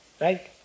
right